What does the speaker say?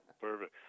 perfect